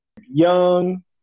young